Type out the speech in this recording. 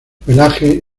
pelaje